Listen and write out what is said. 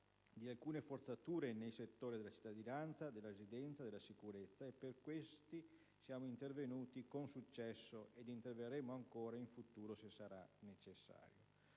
di alcune forzature nei settori della cittadinanza, della residenza e della sicurezza: su questi siamo intervenuti ed interverremo ancora in futuro, se sarà necessario.